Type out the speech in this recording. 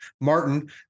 Martin